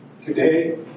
Today